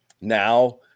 now